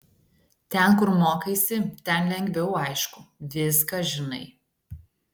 ten kur mokaisi ten lengviau aišku viską žinai